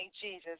Jesus